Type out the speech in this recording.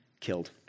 killed